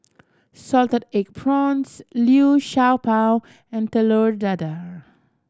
salted egg prawns Liu Sha Bao and Telur Dadah